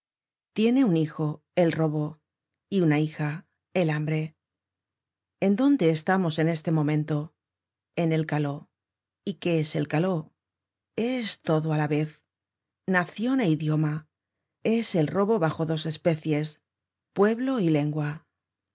tiene un hijo el robo y una hija el hambre en dónde estamos en este momento en el caló y qué es el caló es todo á la vez nacion é idioma es el robo bajo dos especies pueblo y lengua